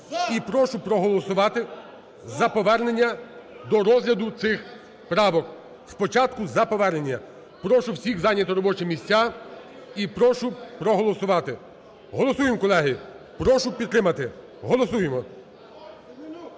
і прошу проголосувати за повернення до розгляду цих правок. Спочатку – за повернення. Прошу всіх зайняти робочі місця і прошу проголосувати. Голосуємо, колеги! Прошу підтримати. Голосуємо.